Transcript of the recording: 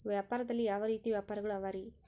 ವ್ಯಾಪಾರದಲ್ಲಿ ಯಾವ ರೇತಿ ವ್ಯಾಪಾರಗಳು ಅವರಿ?